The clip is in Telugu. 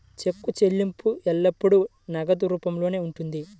చెక్కు చెల్లింపు ఎల్లప్పుడూ నగదు రూపంలోనే ఉంటుంది